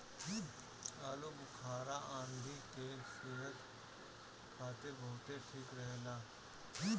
आलूबुखारा आंखी के सेहत खातिर बहुते ठीक रहेला